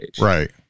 Right